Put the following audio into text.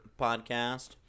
podcast